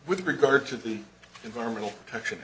with regard to the environmental protection